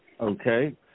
Okay